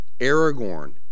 Aragorn